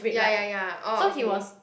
ya ya ya oh okay